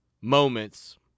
moments